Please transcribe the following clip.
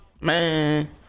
Man